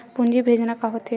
पूंजी भेजना का होथे?